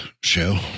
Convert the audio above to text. show